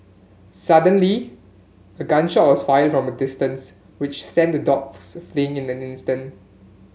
suddenly a gun shot was fired from a distance which sent the dogs fleeing in an instant